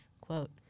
quote